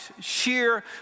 sheer